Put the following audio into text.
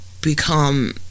become